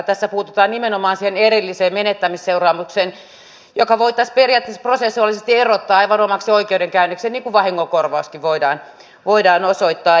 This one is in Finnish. tässä puututaan nimenomaan siihen erilliseen menettämisseuraamukseen joka voitaisiin periaatteessa prosessuaalisesti erottaa aivan omaksi oikeudenkäynnikseen niin kuin vahingonkorvauskin voidaan osoittaa